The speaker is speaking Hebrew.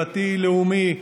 דתי-לאומי,